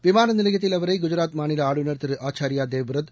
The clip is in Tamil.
விமானநிலையத்தில் அவரைகுஜராத் மாநிலஆளுநர் திருஆச்சாரியாதேவ்ப்ரத்